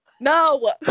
No